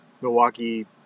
Milwaukee